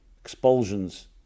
expulsions